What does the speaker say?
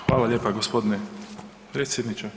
Hvala lijepo g. predsjedniče.